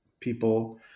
people